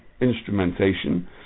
instrumentation